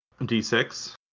D6